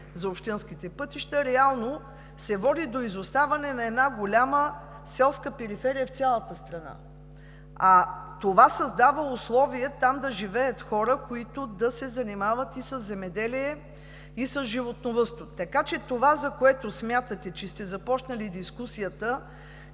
за общинските пътища реално води до изоставане на голяма селска периферия в цялата страна. Това създава условия там да живеят хора, които да се занимават и със земеделие, и с животновъдство. Това, за което смятате, че сте започнали дискусията